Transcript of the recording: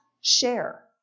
share